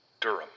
Durham